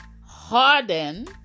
Harden